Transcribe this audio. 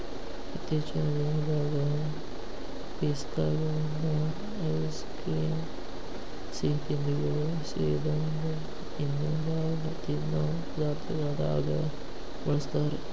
ಇತ್ತೇಚಿನ ದಿನದಾಗ ಪಿಸ್ತಾಗಳನ್ನ ಐಸ್ ಕ್ರೇಮ್, ಸಿಹಿತಿಂಡಿಗಳು ಸೇರಿದಂಗ ಇನ್ನೂ ಬಾಳ ತಿನ್ನೋ ಪದಾರ್ಥದಾಗ ಬಳಸ್ತಾರ